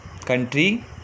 Country